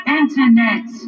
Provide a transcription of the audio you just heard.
internet